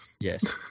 Yes